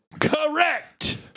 Correct